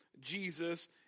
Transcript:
jesus